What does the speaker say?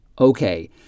Okay